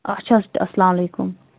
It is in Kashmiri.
اچھا اَسلامُ علیکُم